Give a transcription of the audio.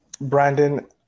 Brandon